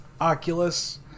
Oculus